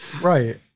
Right